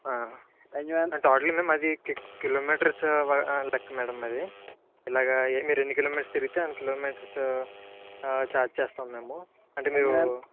total మేమది కి kilometres లెక్క మ్యాడం అది ఇలాగా మీరు ఎన్ని కిలోమీటర్స్ తిరిగితే అన్ని కిలోమీటర్స్ చార్జ్ చేస్తాం మేము అంటే మీరు